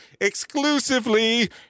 exclusively